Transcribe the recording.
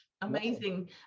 amazing